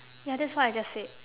ya that's what I just said